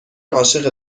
عاشق